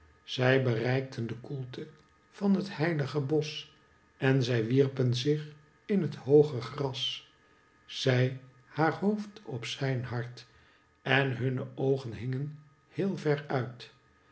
zij bereikten de koelte van het heilige bosch en zij wierpen zich in het hooge gras zij haar hoofd op zijn hart en hunne oogen gingen heel ver uit